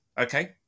okay